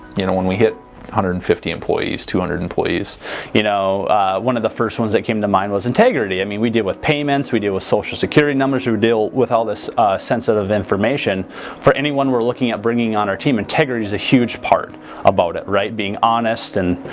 you know when we hit one hundred and fifty employees two hundred employees you know one of the first ones that came to mind was integrity i mean we deal with payments we deal with social security numbers who deal with all this sensitive information for anyone we're looking at bringing on our team integrity is a huge part about it right being honest and